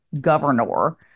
governor